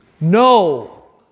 No